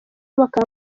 bakaba